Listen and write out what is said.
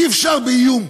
אי-אפשר באיום,